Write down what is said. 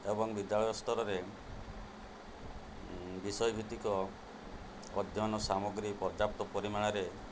ଏବଂ ବିଦ୍ୟାଳୟ ସ୍ତରରେ ବିଷୟ ଭିତ୍ତିକ ପଦ୍ୟମାନ ସାମଗ୍ରୀ ପର୍ଯ୍ୟାପ୍ତ ପରିମାଣରେ